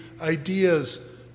ideas